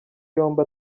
yombi